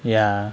ya